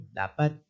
dapat